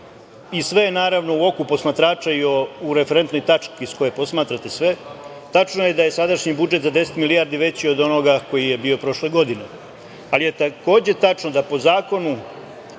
i sve je, naravno, u oku posmatrača i u referentnoj tački iz koje posmatrate sve. Tačno je da je sadašnji budžet za deset milijardi veći od onoga koji je bio prošle godine, ali je takođe tačno da po zakonu